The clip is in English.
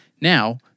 Now